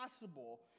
possible